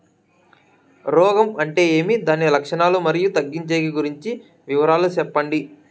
రోగం అంటే ఏమి దాని లక్షణాలు, మరియు తగ్గించేకి గురించి వివరాలు సెప్పండి?